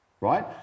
right